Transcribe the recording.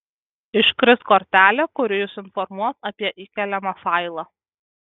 iškris kortelė kuri jus informuos apie įkeliamą failą